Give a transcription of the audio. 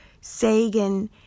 sagan